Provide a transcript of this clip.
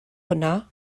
hwnna